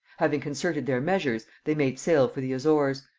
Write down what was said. having concerted their measures, they made sail for the azores,